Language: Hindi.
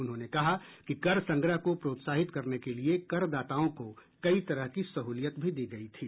उन्होंने कहा कि कर संग्रह को प्रोत्साहित करने के लिए करदाताओं को कई तरह की सहूलियत भी दी गयी थी